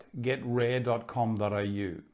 GetRare.com.au